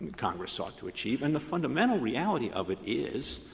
congress sought to achieve. and the fundamental reality of it is,